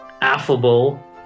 affable